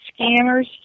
scammers